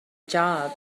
job